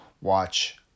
watch